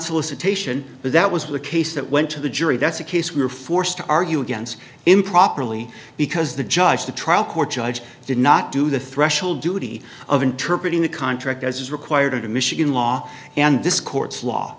cetacean but that was the case that went to the jury that's a case we were forced to argue against improperly because the judge the trial court judge did not do the threshold duty of interpret in the contract as is required in michigan law and this court's law